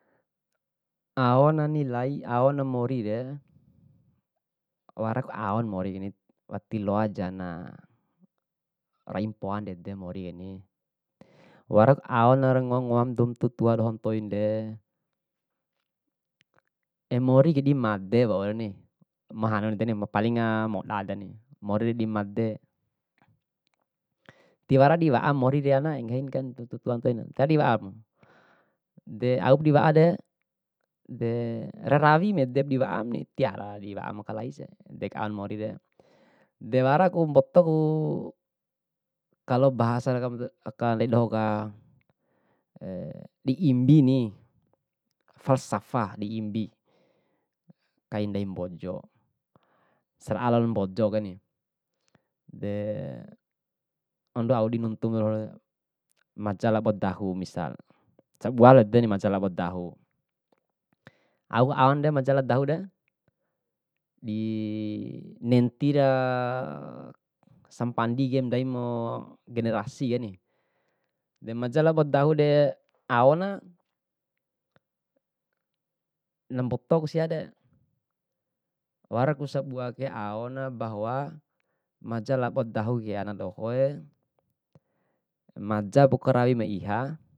Aona nilai aona morire, wara ku aona morikeni, tiloajana raimpoa ndede morikeni, waraku aona rangoa ngoaba dou ma tua tua ntoinade. Emorike di made waurani, mahanukeni ma paling moda de, morire di made, tiwara di wa'a mori ke ana tiwara di wa'amu. De auku diwa'a de, de rarawin edep diwa'ami, tiwara di wa'a makalaisia, edeku aona morire. Dewaraku mbotoku kalo bahasa aka ndai dohoka di imbini, falsafah diimbi kai ndai mbojo, sera'a lalo mbojokeni. De, ando au dinuntum maja labo dahu misal, sabua edeni maja labo dahu, auku aonde maja labo dahu re. di nentira sampandike ndaimu generasikeni, de maja labo dahude aona, na mbotoku siare. Waraku sabuake aona bahwa maja labo dahuke ana dohoe majapu karawi ma iha.